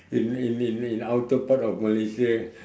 in in in outer part of Malaysia